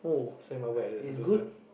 sand marble at the Sentosa